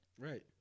Right